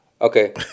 Okay